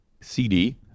CD